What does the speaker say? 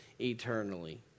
eternally